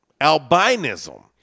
Albinism